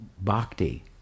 bhakti